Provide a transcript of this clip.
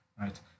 Right